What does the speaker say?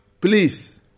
please